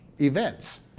events